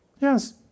Yes